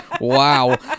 Wow